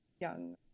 young